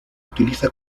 utiliza